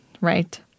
Right